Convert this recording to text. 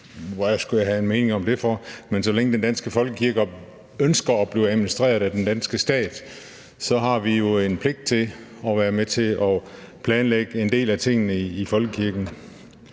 hvad skulle jeg have en mening om det for? Men så længe den danske folkekirke ønsker at blive administreret af den danske stat, har vi jo en pligt til at være med til at planlægge en del af tingene i folkekirken.